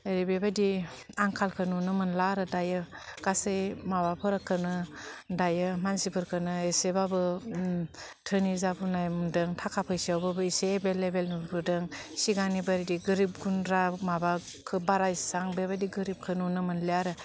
ओरै बेबायदि आंखालखौ नुनो मोनला आरो दायो गासै माबाफोरखौनो दायो मानसिफोरखौनो एसेबाबो धोनि जाबोनाय मुदों थाखा फैसायावबाबो एसे एभेलएबेल नुबोदों सिगांनि बायदि गोरिब गुन्द्रा माबाखौ बारा एसेबां बेबायदि गोरिबखौ नुनो मोनला आरो